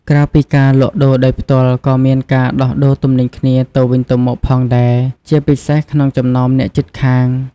ក្រៅពីការលក់ដូរដោយផ្ទាល់ ក៏មានការដោះដូរទំនិញគ្នាទៅវិញទៅមកផងដែរ ជាពិសេសក្នុងចំណោមអ្នកជិតខាង។